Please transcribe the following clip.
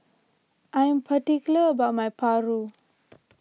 I am particular about my Papu